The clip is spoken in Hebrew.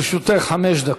לרשותך חמש דקות.